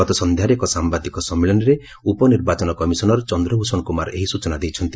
ଗତ ସନ୍ଧ୍ୟାରେ ଏକ ସାମ୍ଭାଦିକ ସମ୍ମିଳନୀରେ ଉପନିର୍ବାଚନ କମିଶନର ଚନ୍ଦ୍ରଭ୍ୟଷଣ କୁମାର ଏହି ସ୍ବଚନା ଦେଇଛନ୍ତି